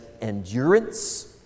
endurance